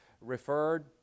referred